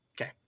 Okay